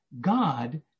God